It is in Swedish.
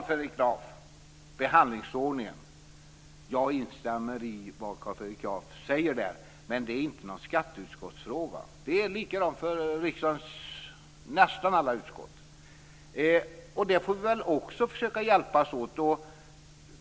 Fru talman! Jag instämmer i vad Carl Fredrik Graf säger om behandlingsordningen. Men det är inte någon skatteutskottsfråga. Det är likadant för riksdagens nästan alla utskott. Det får vi väl också hjälpas åt med.